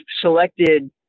selected